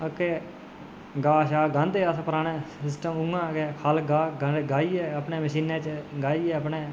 गाह् गान्दे अस पराने सिस्टम उआं गै खाल्ली गाह् गाहियै मशीनै च गाहियै अपने